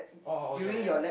oh oh oh ya ya